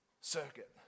circuit